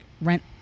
rent